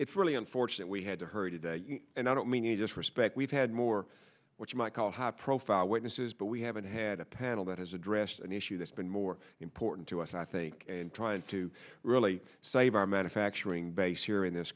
it's really unfortunate we had her today and i don't mean you just respect we've had more what you might call high profile witnesses but we haven't had a panel that has addressed an issue that's been more important to us i think in trying to really save our manufacturing base here in this